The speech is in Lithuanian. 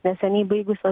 neseniai baigusios